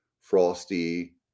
Frosty